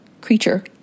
creature